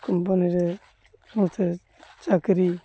କମ୍ପାନୀରେ ମୋତେ ଚାକିରୀ